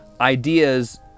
ideas